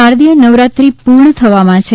શારદીય નવરાત્રિ પૂર્ણ થવામાં છે